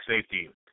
safety